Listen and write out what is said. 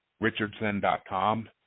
Richardson.com